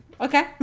Okay